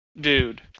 Dude